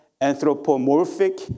anthropomorphic